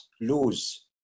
lose